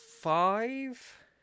five